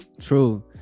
True